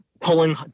Pulling